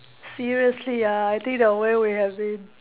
seriously ah I think the way we have been